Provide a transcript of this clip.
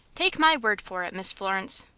take my word for it, miss florence.